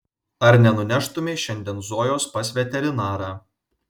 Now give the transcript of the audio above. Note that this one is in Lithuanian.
ar nenuneštumei šiandien zojos pas veterinarą